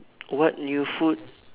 what new food